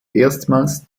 erstmals